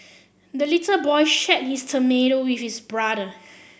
the little boy shared his tomato with his brother